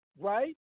right